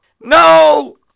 NO